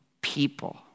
people